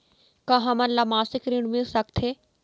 का हमन ला मासिक ऋण मिल सकथे?